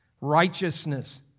Righteousness